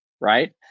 right